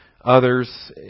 others